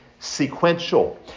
sequential